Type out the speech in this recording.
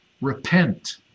Repent